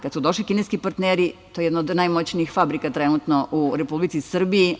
Kada su došli kineski partneri, to je jedna od najmoćnijih fabrika trenutno u Republici Srbiji.